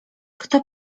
kto